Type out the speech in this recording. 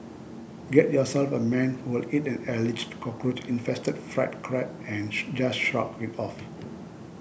get yourself a man who will eat an alleged cockroach infested fried crab and just shrug it off